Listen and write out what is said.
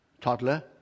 toddler